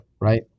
right